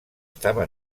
estava